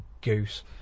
goose